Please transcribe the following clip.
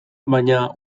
baina